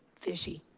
fishy.